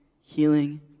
healing